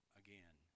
again